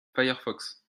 firefox